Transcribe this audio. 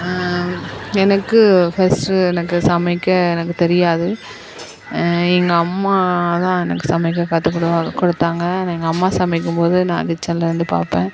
எனக்கு ஃபஸ்ட்டு எனக்கு சமைக்க எனக்கு தெரியாது எங்கள் அம்மா தான் எனக்கு சமைக்கக் கற்றுக்குடுக்கா கொடுத்தாங்க நான் எங்கள் சமைக்கும்போது நான் கிச்சனில் இருந்து பார்ப்பேன்